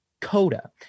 CODA